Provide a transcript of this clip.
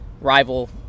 rival